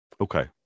Okay